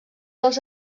dels